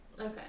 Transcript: Okay